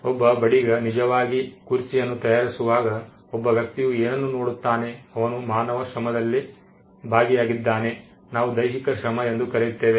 ಒಬ್ಬ ಬಡಗಿ ನಿಜವಾಗಿ ಕುರ್ಚಿಯನ್ನು ತಯಾರಿಸುವಾಗ ಒಬ್ಬ ವ್ಯಕ್ತಿಯು ಏನನ್ನು ನೋಡುತ್ತಾನೆ ಅವನು ಮಾನವ ಶ್ರಮದಲ್ಲಿ ಭಾಗಿಯಾಗಿದ್ದಾನೆ ನಾವು ದೈಹಿಕ ಶ್ರಮ ಎಂದು ಕರೆಯುತ್ತೇವೆ